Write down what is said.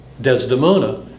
Desdemona